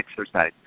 exercise